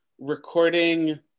recording